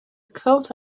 coat